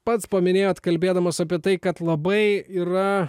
pats paminėjot kalbėdamas apie tai kad labai yra